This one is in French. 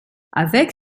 avec